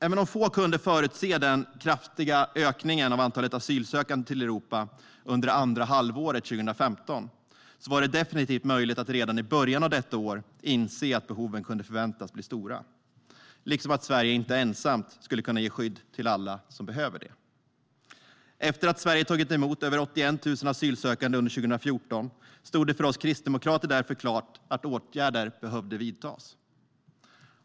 Även om få kunde förutse den kraftiga ökningen av antalet asylsökande till Europa under andra halvåret 2015 var det definitivt möjligt att redan i början av detta år inse att behoven kunde förväntas bli stora liksom att Sverige inte ensamt skulle kunna ge skydd till alla som behöver det. Efter att Sverige tagit emot över 81 000 asylsökande under 2014 stod det för oss kristdemokrater därför klart att åtgärder behövde vidtas.